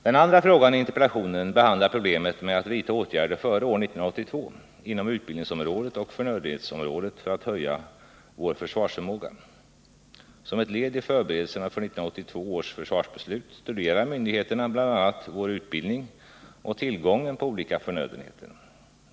Den andra frågan i interpellationen behandlar problemet med att vidta åtgärder före år 1982, inom utbildningsområdet och förnödenhetsområdet, för att höja vår försvarsförmåga. Som ett led i förberedelserna för 1982 års försvarsbeslut studerar myndigheterna bl.a. vår utbildning och tillgången på olika förnödenheter.